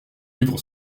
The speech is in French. livre